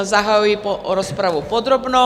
Zahajuji rozpravu podrobnou.